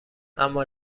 اما